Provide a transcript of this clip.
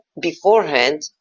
beforehand